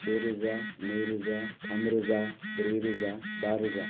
सेरोजा नैरोजा थामरोजा ब्रैरोजा बारोजा